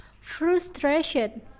Frustration